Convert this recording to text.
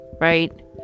right